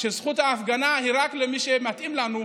שזכות ההפגנה היא רק למי שמתאים לנו,